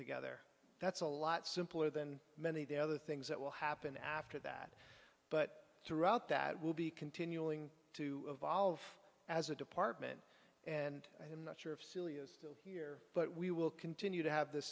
together that's a lot simpler than many of the other things that will happen after that but throughout that we'll be continuing to evolve as a department and i am not sure if silly is still here but we will continue to have th